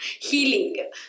healing